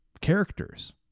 characters